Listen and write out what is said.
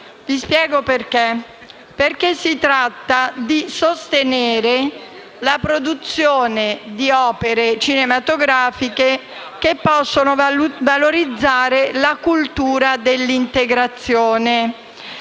favorevole perché intende sostenere la produzione di opere cinematografiche che possono valorizzare la cultura dell’integrazione